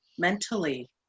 mentally